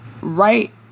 right